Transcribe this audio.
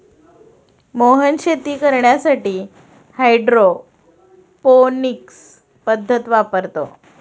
मोहन शेती करण्यासाठी हायड्रोपोनिक्स पद्धत वापरतो